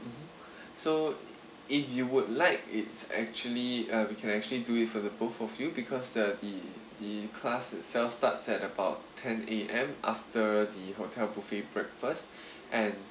mmhmm so if you would like it's actually uh we can actually do it for the both of you because uh the the class itself starts at about ten A_M after the hotel buffet breakfast and